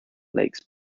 lakes